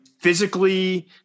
physically